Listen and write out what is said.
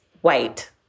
white